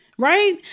Right